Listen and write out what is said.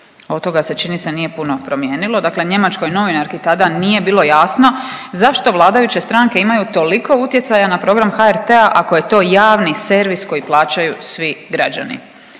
Od toga se čini se nije puno promijenilo. Dakle, njemačkoj novinarki tada nije bilo jasno zašto vladajuće stranke imaju toliko utjecaja na program HRT-a ako je to javni servis koji plaćaju svi građani,